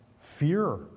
fear